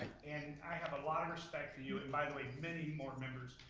and i have a lot of respect for you, and by the way, many more members,